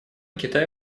китай